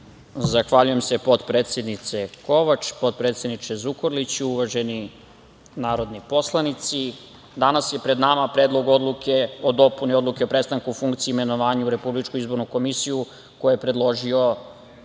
Zahvaljujem se, potpredsednice Kovač, potpredsedniče Zukorliću, uvaženi narodni poslanici, danas je pred nama Predlog odluke o dopuni Odluke o prestanku funkcije i imenovanju u Republičku izbornu komisiju koji je predložio